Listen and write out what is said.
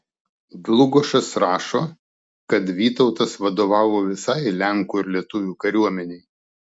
dlugošas rašo kad vytautas vadovavo visai lenkų ir lietuvių kariuomenei